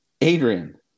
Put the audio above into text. Adrian